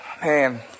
Man